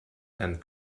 and